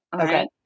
Okay